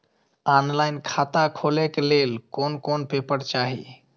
Online खाता खोले के लेल कोन कोन पेपर चाही?